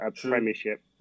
premiership